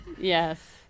Yes